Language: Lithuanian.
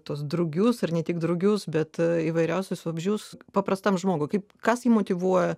tuos drugius ar ne tik drugius bet įvairiausius vabzdžius paprastam žmogui kaip kas jį motyvuoja